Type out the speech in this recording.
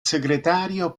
segretario